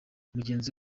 mugenzi